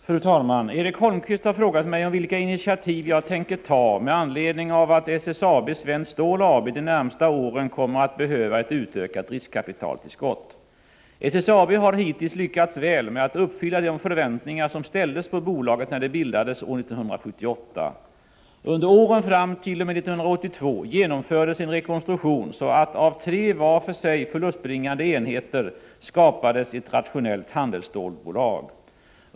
Fru talman! Erik Holmkvist har frågat mig om vilka initiativ jag tänker ta med anledning av att SSAB Svenskt Stål AB de närmaste åren kommer att behöva ett utökat riskkapitaltillskott. SSAB har hittills lyckats väl med att uppfylla de förväntningar som ställdes på bolaget när det bildades år 1978. Under åren fram t.o.m. år 1982 genomfördes en rekonstruktion så att av tre var för sig förlustbringande enheter skapades ett rationellt handelsstålsbolag.